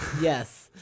Yes